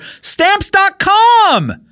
Stamps.com